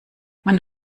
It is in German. man